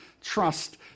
trust